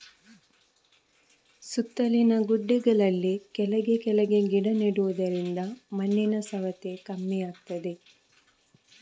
ಸುತ್ತಲಿನ ಗುಡ್ಡೆಗಳಲ್ಲಿ ಕೆಳಗೆ ಕೆಳಗೆ ಗಿಡ ನೆಡುದರಿಂದ ಮಣ್ಣಿನ ಸವೆತ ಕಮ್ಮಿ ಆಗ್ತದೆ